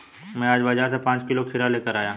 मैं आज बाजार से पांच किलो खीरा लेकर आया